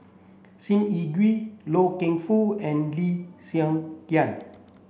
Sim Yi Hui Loy Keng Foo and Lee Hsien Yang